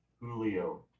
Julio